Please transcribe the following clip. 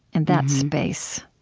and that space.